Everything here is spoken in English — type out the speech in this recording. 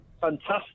Fantastic